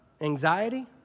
anxiety